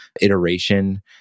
iteration